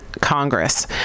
Congress